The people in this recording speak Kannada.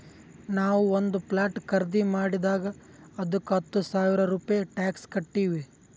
ನಾವು ಒಂದ್ ಪ್ಲಾಟ್ ಖರ್ದಿ ಮಾಡಿದಾಗ್ ಅದ್ದುಕ ಹತ್ತ ಸಾವಿರ ರೂಪೆ ಟ್ಯಾಕ್ಸ್ ಕಟ್ಟಿವ್